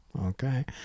Okay